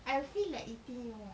I'll feel like eating your what